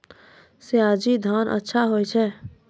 सयाजी धान अच्छा होय छै?